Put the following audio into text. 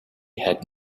had